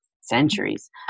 centuries